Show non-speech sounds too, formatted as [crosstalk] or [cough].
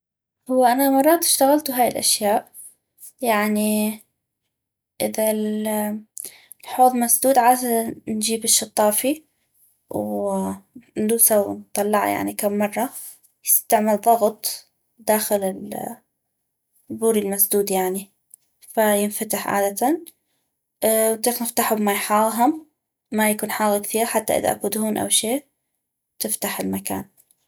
هو انا مرات اشتغلو هاي الأشياء يعني اذا الحوض مسدود عادةً نجيب الشطافي وندوسا ونطلعا يعني كم مرة تعمل ضغط داخل البوري المسدود يعني فينفتح عادةً [hesitation] نطيق نفتحو بماي حاغ هم ماي يكون حاغ كثيغ حتى اذا اكو دهون او شي تفتح المكان